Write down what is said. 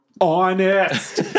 honest